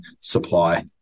supply